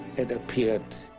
it appeared